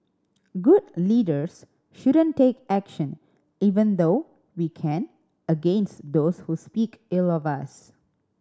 good leaders shouldn't take action even though we can against those who speak ill of us